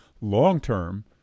Long-term